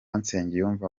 nsengiyumva